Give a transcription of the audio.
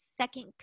second